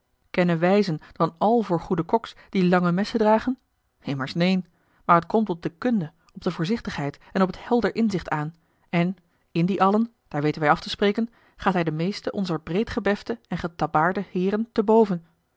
en dan al voor goede koks die lange messen dragen immers neen maar t komt op de kunde op de voorzichtigheid en op het helder inzicht aan en in die allen daar weten wij af te spreken gaat hij de meeste onzer breed gebefte en getabbaarde heeren te boven